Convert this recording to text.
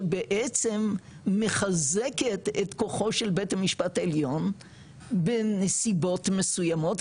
שבעצם מחזקת את כוחו של בית המשפט העליון בנסיבות מסוימות,